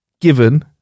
given